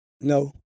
No